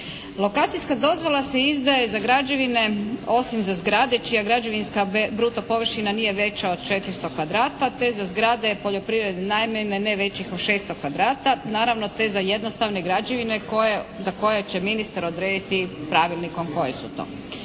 Lokacijska dozvola se izdaje za građevine osim za zgrade čija građevinska bruto površina nije veća od 400 kvadrata, te za zgrade poljoprivredne namjene ne većih od 600 kvadrata, naravno te za jednostavne građevine za koje će ministar odrediti pravilnikom koje su to.